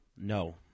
No